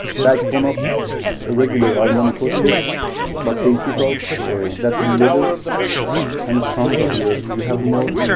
backbone of a regular armani code here but they took out that leather and tonka here. you have more